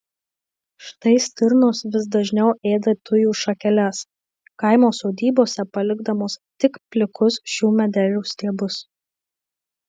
štai stirnos vis dažniau ėda tujų šakeles kaimo sodybose palikdamos tik plikus šių medelių stiebus